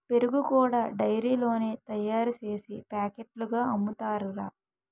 పెరుగు కూడా డైరీలోనే తయారుసేసి పాకెట్లుగా అమ్ముతారురా